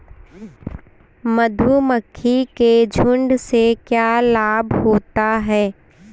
मधुमक्खी के झुंड से क्या लाभ होता है?